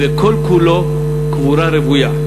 וכל כולו קבורה רוויה.